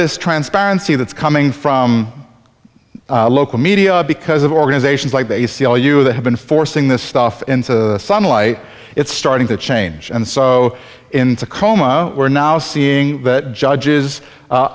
this transparency that's coming from local media because of organizations like the a c l u that have been forcing this stuff into the sunlight it's starting to change and so in tacoma we're now seeing that judges